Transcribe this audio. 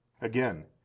Again